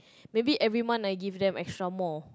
maybe every month I give them extra more